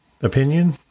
opinion